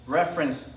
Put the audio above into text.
reference